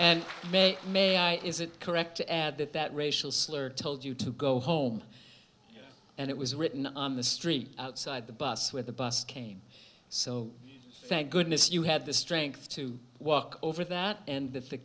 and may i may i is it correct to add that that racial slur told you to go home and it was written on the street outside the bus where the bus came so thank goodness you had the strength to walk over that and the